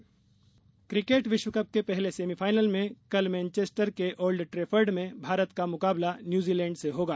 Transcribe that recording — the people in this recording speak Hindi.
किकेट क्रिकेट विश्वकप के पहले सेमीफाइनल में कल मेनचेस्टर के ओल्ड ट्रैफर्ड में भारत का मुकाबला न्यूवजीलैंड से होगा